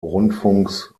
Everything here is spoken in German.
rundfunks